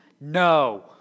No